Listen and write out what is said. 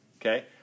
Okay